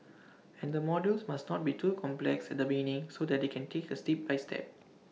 and the modules must not be too complex at the beginning so they can take IT A step by step